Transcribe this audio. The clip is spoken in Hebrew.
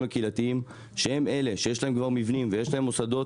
הקהילתיים שהם אלה שיש להם כבר מבנים ויש להם מוסדות